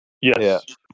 Yes